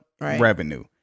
revenue